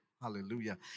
Hallelujah